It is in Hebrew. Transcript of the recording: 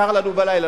קר לנו בלילה,